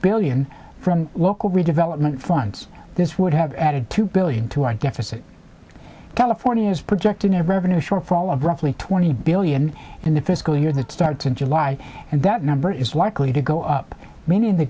billion from local redevelopment funds this would have added two billion to our deficit california is projecting a revenue shortfall of roughly twenty billion in the fiscal year that starts in july and that number is likely to go up meaning the